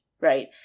right